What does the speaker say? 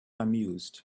amused